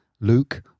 Luke